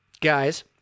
Guys